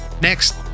Next